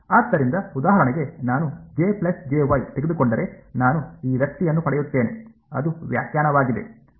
ಆದ್ದರಿಂದ ಉದಾಹರಣೆಗೆ ನಾನು ತೆಗೆದುಕೊಂಡರೆ ನಾನು ಈ ವ್ಯಕ್ತಿಯನ್ನು ಪಡೆಯುತ್ತೇನೆ ಅದು ವ್ಯಾಖ್ಯಾನವಾಗಿದೆ